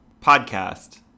Podcast